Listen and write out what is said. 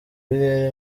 birere